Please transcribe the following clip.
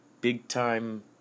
big-time